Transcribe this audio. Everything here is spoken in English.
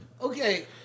Okay